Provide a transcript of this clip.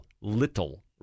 little